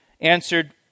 answered